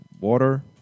water